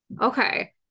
Okay